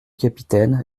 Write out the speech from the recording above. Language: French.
capitaine